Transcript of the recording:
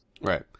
Right